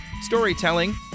storytelling